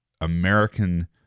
American